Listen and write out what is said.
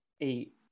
eight